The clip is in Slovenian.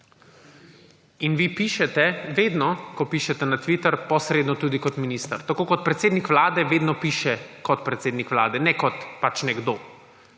In vi pišete vedno, ko pišete na Twitter, posredno tudi kot minister. Tako kot predsednik vlade vedno piše kot predsednik vlade, ne kot nekdo,